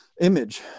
image